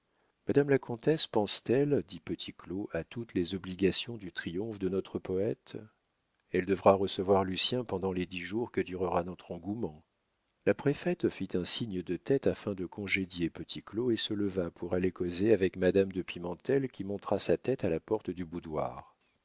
madame la comtesse pense-t-elle dit petit claud à toutes les obligations du triomphe de notre poète elle devra recevoir lucien pendant les dix jours que durera notre engouement la préfète fit un signe de tête afin de congédier petit claud et se leva pour aller causer avec madame de pimentel qui montra sa tête à la porte du boudoir